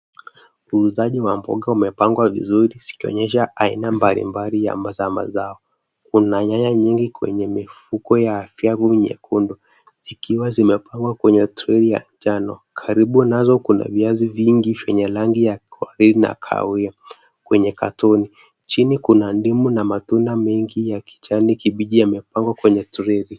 Uuzaji wa mboga umepangwa vizuri ikionyesha aina mbalimbali ya mazao. Kuna nyanya nyingi kwenye mifuko ya nyekundu zikiwa zimepangwa kwenye troli ya njano. Karibu nazo kuna viazi vingi vyenye rangi ya kahawia. Kwenye katoni chini kuna ndimu na matunda mengi ya kijani kibichi yamepangwa kwenye treli.